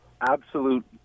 absolute